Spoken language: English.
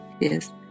yes